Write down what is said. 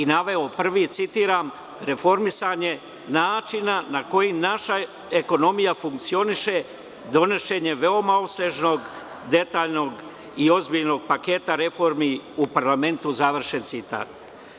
Naveo je prvi, citiram: „Reformisanje načina na koji naša ekonomija funkcioniše donošenjem veoma opsežnog, detaljnog i ozbiljnog paketa reformi u parlamentu“, završen citat.